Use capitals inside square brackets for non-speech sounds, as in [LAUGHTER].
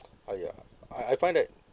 [NOISE] !aiya! I I find that